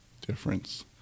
difference